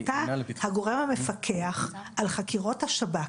אתה הגורם המפקח על חקירות השב"כ,